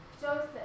Joseph